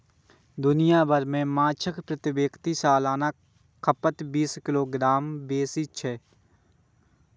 दुनिया भरि मे माछक प्रति व्यक्ति सालाना खपत बीस किलोग्राम सं बेसी छै